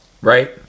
right